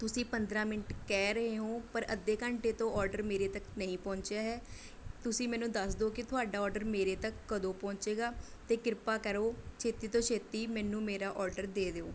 ਤੁਸੀਂ ਪੰਦਰਾਂ ਮਿੰਟ ਕਹਿ ਰਹੇ ਹੋ ਪਰ ਅੱਧੇ ਘੰਟੇ ਤੋਂ ਆਰਡਰ ਮੇਰੇ ਤੱਕ ਨਹੀਂ ਪਹੁੰਚਿਆ ਹੈ ਤੁਸੀਂ ਮੈਨੂੰ ਦੱਸ ਦਿਉ ਕਿ ਤੁਹਾਡਾ ਆਰਡਰ ਮੇਰੇ ਤੱਕ ਕਦੋਂ ਪਹੁੰਚੇਗਾ ਅਤੇ ਕਿਰਪਾ ਕਰੋ ਛੇਤੀ ਤੋਂ ਛੇਤੀ ਮੈਨੂੰ ਮੇਰਾ ਆਰਡਰ ਦੇ ਦਿਓ